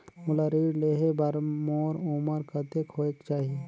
मोला ऋण लेहे बार मोर उमर कतेक होवेक चाही?